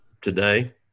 today